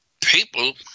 people